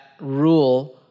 rule